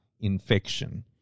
infection